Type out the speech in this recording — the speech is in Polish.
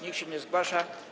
Nikt się nie zgłasza.